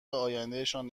آیندهشان